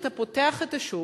פשוט, אתה פותח את השוק,